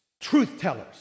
truth-tellers